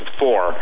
four